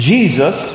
Jesus